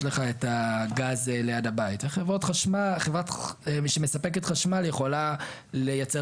לך את הגז ליד הבית וחברה שמספקת חשמל יכולה לייצר